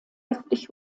heftig